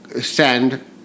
send